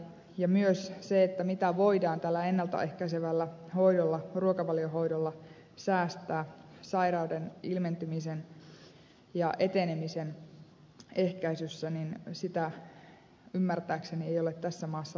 ja myöskään sitä mitä voidaan tällä ennalta ehkäisevällä hoidolla ruokavaliohoidolla säästää sairauden ilmentymisen ja etenemisen ehkäisyssä ymmärtääkseni ei ole tässä maassa laskettu